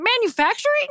manufacturing